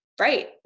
right